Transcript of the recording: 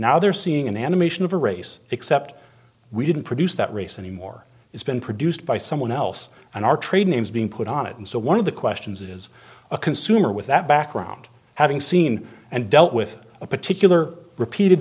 now they're seeing an animation of a race except we didn't produce that race anymore it's been produced by someone else and our trade names being put on it and so one of the questions is a consumer with that background having seen and dealt with a particular repeated